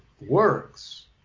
works